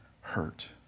hurt